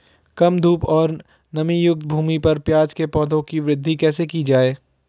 कम धूप और नमीयुक्त भूमि पर प्याज़ के पौधों की वृद्धि कैसे की जाए?